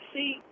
See